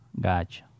Gotcha